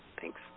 Thanks